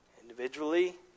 individually